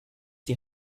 die